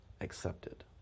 accepted